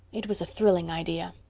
it was a thrilling idea.